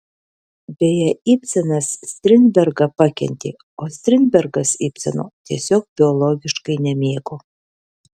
beje ibsenas strindbergą pakentė o strindbergas ibseno tiesiog biologiškai nemėgo